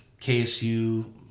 KSU